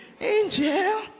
Angel